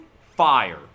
fire